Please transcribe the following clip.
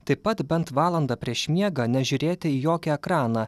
taip pat bent valandą prieš miegą nežiūrėti į jokį ekraną